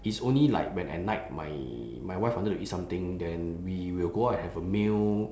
it's only like when at night my my wife wanted to eat something then we will go out and have a meal